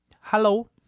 Hello